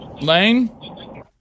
lane